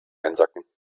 einsacken